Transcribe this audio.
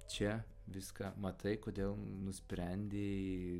čia viską matai kodėl nusprendei